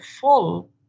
full